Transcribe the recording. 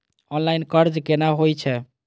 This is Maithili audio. ऑनलाईन कर्ज केना होई छै?